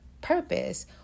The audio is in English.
purpose